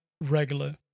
regular